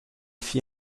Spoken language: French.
fit